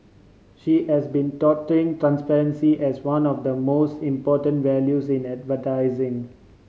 she has been touting transparency as one of the most important values in advertising